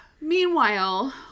Meanwhile